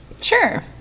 sure